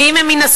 ואם הם יינזקו,